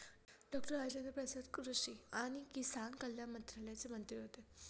doctor Rajendra Prasad कृषी आणि किसान कल्याण मंत्रालयाचे मंत्री होते